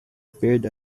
appeared